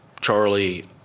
Charlie